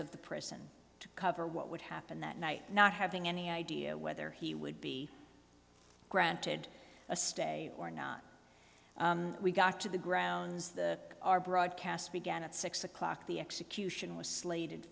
of the prison to cover what would happen that night not having any idea whether he would be granted a stay or not we got to the grounds the our broadcast began at six o'clock the execution was slated